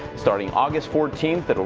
starting august fourteenth, but